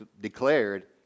declared